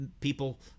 people